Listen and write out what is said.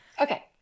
Okay